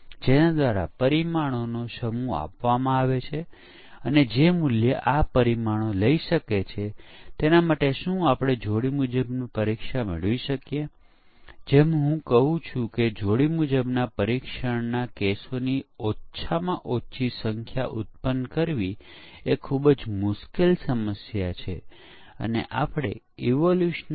તેથી તે પરીક્ષણ તકનીક 1 માટે પૂરતો સમય આપવો જોઈએ અને પછી આપણે પરીક્ષણ તકનીક 2 પર સમય પસાર કરવો જોઈએ અને અંતે પરીક્ષણ તકનીક 3 પર ખૂબ ઓછો સમય આપવો જોઈએ